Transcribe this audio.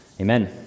Amen